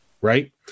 right